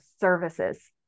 services